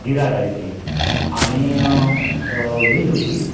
जिरा rice एक आणि veg होती